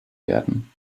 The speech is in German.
werden